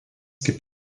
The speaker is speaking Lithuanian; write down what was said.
kaip